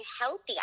healthy